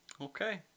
okay